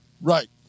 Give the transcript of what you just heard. Right